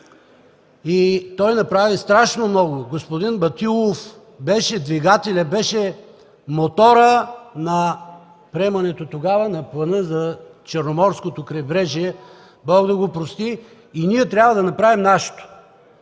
Той направи страшно много. Господин Батилов беше двигателят, моторът на приемането тогава на плана за Черноморското крайбрежие, Бог да го прости! Ние трябва да направим нашето.